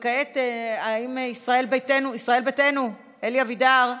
ישראל ביתנו, אלי אבידר,